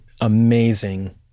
amazing